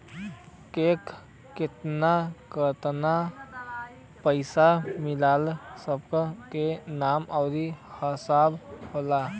केके केतना केतना पइसा मिलल सब के नाम आउर हिसाब होला